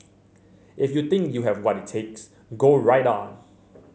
if you think you have what it takes go right on